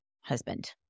husband